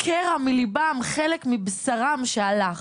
קרע מליבם, חלק מבשרם שהלך.